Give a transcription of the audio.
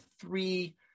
three